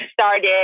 started